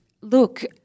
look